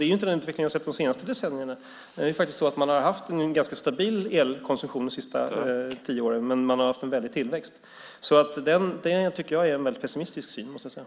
Det är inte den utveckling vi har sett de senaste decennierna. Det är faktiskt så att vi har haft en ganska stabil elkonsumtion de senaste tio åren, men det har varit en väldig tillväxt. Det tycker jag är en mycket pessimistisk syn, måste jag säga.